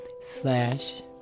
slash